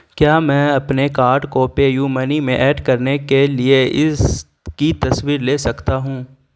کیا میں اپنے کارڈ کو پے یو منی میں ایڈ کرنے کے لیے اس کی تصویر لے سکتا ہوں